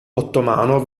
ottomano